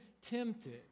tempted